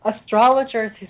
Astrologers